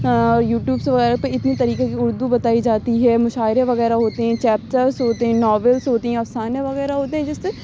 you tubes وغیرہ پہ اتنی طریقے کی اردو بتائی جاتی ہے مشاعرے وغیرہ ہوتے ہیں چیپٹرس ہوتے ہیں ناولس ہوتی ہیں افسانے وغیرہ ہوتے ہیں جس سے